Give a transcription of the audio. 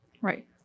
Right